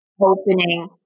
opening